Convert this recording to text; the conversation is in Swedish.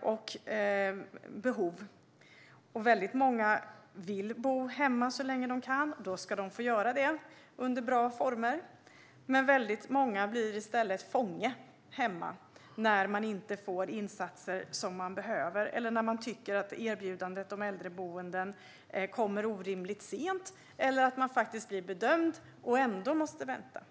och behov vara utgångspunkten. Väldigt många vill bo hemma så länge de kan, och då ska de få göra det under bra former. Men många blir i stället fångar hemma när de inte får de insatser som de behöver eller när de tycker att erbjudandet om äldreboende kommer orimligt sent. Det kan också hända att de blir bedömda men ändå måste vänta.